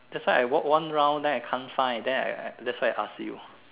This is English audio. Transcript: that's why I walked one round I can't find then that's why I asked you